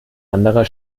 anderer